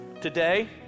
today